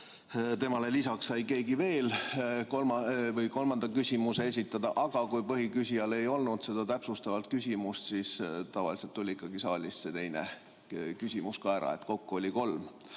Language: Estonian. lisaks sai keegi veel kolmanda küsimuse esitada, aga kui põhiküsijal ei olnud seda täpsustavat küsimust, siis tavaliselt tuli ikkagi saalist see teine küsimus ka ära, nii et kokku oli kolm.